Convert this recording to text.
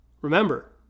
Remember